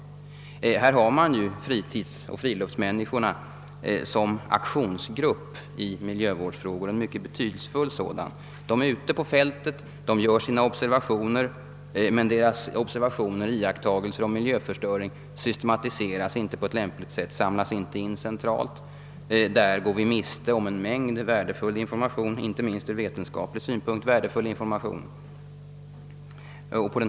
Här har vi en aktionsgrupp bestående av fritidsfiskare och friluftsmänniskor — och en mycket betydelsefull sådan grupp — som gör observa tioner i miljövårdsfrågor ute på fältet, men deras iakttagelser om miljöförstöringen systematiseras inte på lämpligt sätt och samlas inte in centralt. På grund därav går vi miste om ett inte minst från vetenskaplig synpunkt värdefullt informationsmaterial.